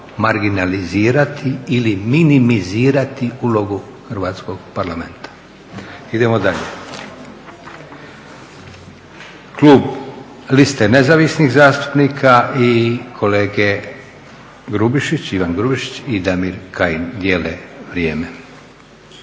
marginalizirati ili minimizirati ulogu Hrvatskog parlamenta. Idemo dalje. Klub Liste nezavisnih zastupnika i kolege Ivan Grubišić i Damir Kajin dijele vrijeme.